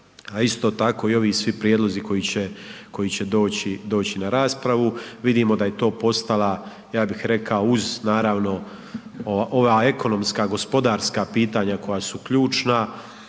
isto tako i ovi svi prijedlozi koji će doći na raspravu. Vidimo da je to postala ja bih rekao uz naravno ova ekonomska, gospodarska pitanja koja su ključna,